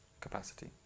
capacity